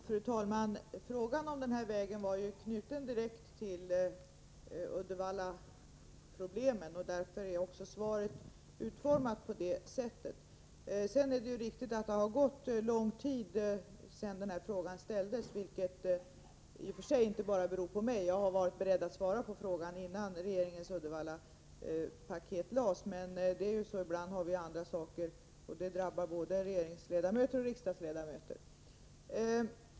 Fru talman! Frågan gällde om den här vägen var knuten direkt till Uddevallaproblemen, och därför är också svaret utformat på det sättet. Det är riktigt att det har gått lång tid sedan frågan ställdes, vilket i och för sig inte beror bara på mig; jag har varit beredd att svara på frågan innan regeringens Uddevallapaket framlades. Men det är ju så att vi ibland har andra saker att göra, och det drabbar både regeringsledamöter och riksdagsledamöter.